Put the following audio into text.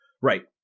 Right